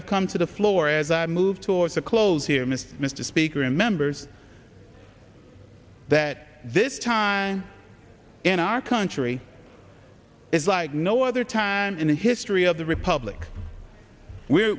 i've come to the floor as i move towards the close here mr mr speaker remembers that this time in our country is like no other time in the history of the republic w